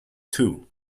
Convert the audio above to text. too